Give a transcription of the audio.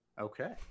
Okay